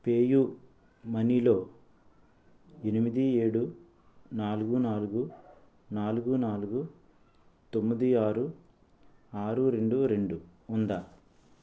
PayU మనీలో ఎనిమిది ఏడు నాలుగు నాలుగు నాలుగు నాలుగు తొమ్మిది ఆరు ఆరు రెండు రెండు ఉందా